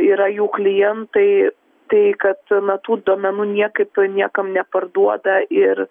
yra jų klientai tai kad na tų duomenų niekaip niekam neparduoda ir